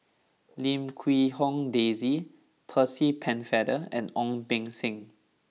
Lim Quee Hong Daisy Percy Pennefather and Ong Beng Seng